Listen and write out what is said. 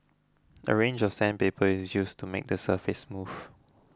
a range of sandpaper is used to make the surface smooth